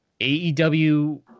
AEW